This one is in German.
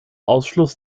ausschluss